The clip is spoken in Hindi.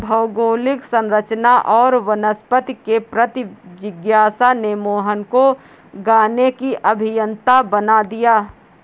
भौगोलिक संरचना और वनस्पति के प्रति जिज्ञासा ने मोहन को गाने की अभियंता बना दिया